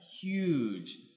huge